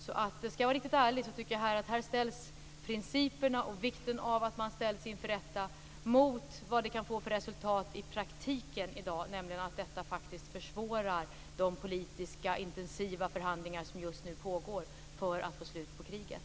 Skall jag vara riktigt ärlig tycker jag att principerna om vikten av att man ställs inför rätta här står mot vad det kan få resultat i praktiken i dag, nämligen att detta faktiskt försvårar de intensiva politiska förhandlingar som just nu pågår för att få slut på kriget.